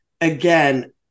again